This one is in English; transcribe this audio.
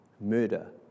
murder